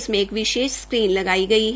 इसमें एक विशेष स्क्रीन लगाई गई है